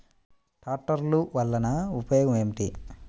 ట్రాక్టర్లు వల్లన ఉపయోగం ఏమిటీ?